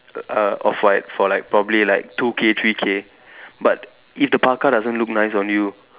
uh off white for like probably like two K three K but if the parka doesn't look nice on you